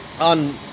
on